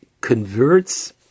converts